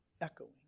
echoing